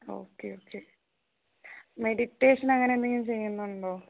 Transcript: okay okay meditation അങ്ങനെയെന്തെങ്കിലും ചെയ്യുന്നുണ്ടോ